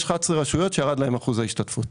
יש 11 רשויות שירד להם אחוז ההשתתפות.